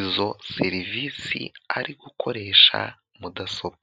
izo serivisi ari gukoresha mudasobwa.